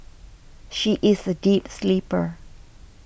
she is a deep sleeper